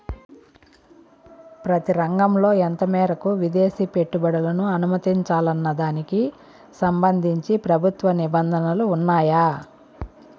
ప్రతి రంగంలో ఎంత మేరకు విదేశీ పెట్టుబడులను అనుమతించాలన్న దానికి సంబంధించి ప్రభుత్వ నిబంధనలు ఉన్నాయా?